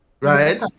Right